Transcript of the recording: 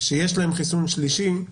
שיש להם חיסון שלישי.